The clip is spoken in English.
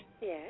Yes